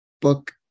book